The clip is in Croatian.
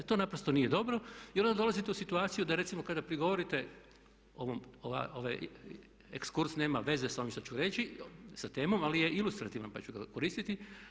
To naprosto nije dobro i onda dolazite u situaciju da recimo kada prigovorite, ovaj ekskurs nema veze sa ovim što ću reći, sa temom ali je ilustrativan pa ću ga koristiti.